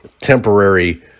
temporary